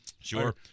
Sure